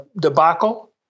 debacle